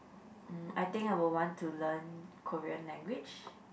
mm I think I would want to learn Korean language